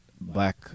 black